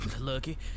lucky